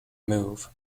move